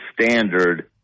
standard